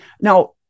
Now